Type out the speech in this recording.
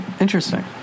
Interesting